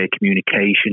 communication